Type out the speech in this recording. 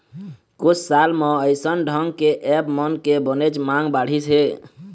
कुछ साल म अइसन ढंग के ऐप मन के बनेच मांग बढ़िस हे